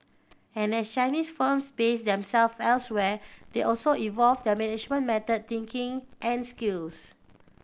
and as Chinese firms base them self elsewhere they also evolve their management method thinking and skills